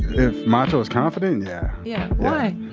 if macho is confident, yeah yeah why?